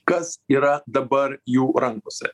kas yra dabar jų rankose